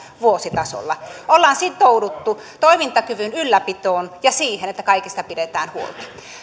vuositasolla ollaan sitouduttu toimintakyvyn ylläpitoon ja siihen että kaikista pidetään huolta